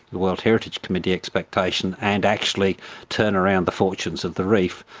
the world heritage committee expectation and actually turn around the fortunes of the reef,